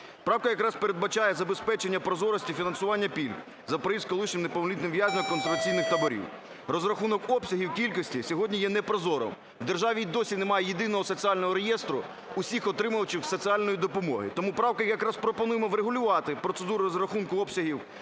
Правка якраз передбачає забезпечення прозорості і фінансування пільг за проїзд колишнім неповнолітнім в'язням концентраційних таборів. Розрахунок обсягів кількості сьогодні є не прозорою, в державі і досі немає єдиного соціального реєстру всіх отримувачів соціальної допомоги. Тому правкою якраз і пропонуємо врегулювати процедуру розрахунку обсягів